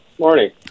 morning